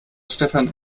stefan